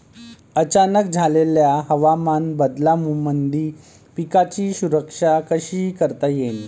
अचानक झालेल्या हवामान बदलामंदी पिकाची सुरक्षा कशी करता येईन?